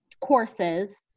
courses